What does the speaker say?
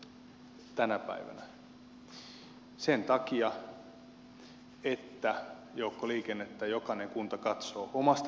kun kehärata tulee niin sen takia että joukkoliikennettä jokainen kunta katsoo omasta